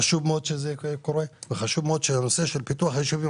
זה חשוב מאוד שזה קורה וחשוב מאוד שהנושא של פיתוח היישובים